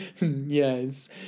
yes